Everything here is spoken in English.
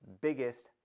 biggest